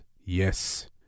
Yes